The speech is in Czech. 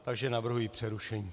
Takže navrhuji přerušení.